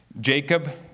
Jacob